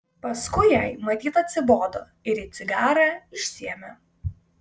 paskui jai matyt atsibodo ir ji cigarą išsiėmė